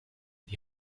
die